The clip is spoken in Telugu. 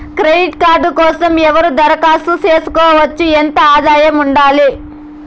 క్రెడిట్ కార్డు కోసం ఎవరు దరఖాస్తు చేసుకోవచ్చు? ఎంత ఆదాయం ఉండాలి?